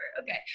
Okay